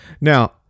now